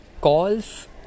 calls